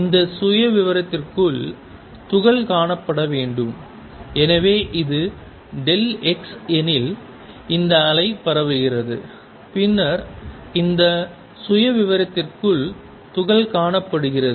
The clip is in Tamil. இந்த சுயவிவரத்திற்குள் துகள் காணப்பட வேண்டும் எனவே இது x எனில் இந்த அலை பரவுகிறது பின்னர் இந்த சுயவிவரத்திற்குள் துகள் காணப்படுகிறது